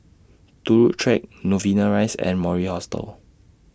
Turut Track Novena Rise and Mori Hostel